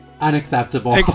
unacceptable